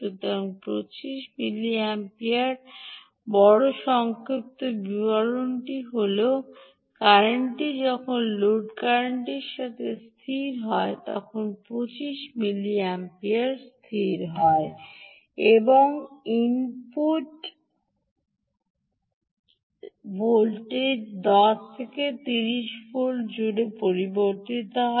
সুতরাং 25 মিলিঅ্যাম্পিয়ার বড় সংক্ষিপ্ত বিবরণটি হল বড় সারসংক্ষেপটি হল কারেন্টটি যখন লোড কারেন্টের সাথে স্থির হয় তখন 25 মিলিঅ্যাম্পিয়ারে স্থির হয় এবং ইনপুট ভোল্টেজ 10 থেকে 30 ভোল্ট জুড়ে পরিবর্তিত হয়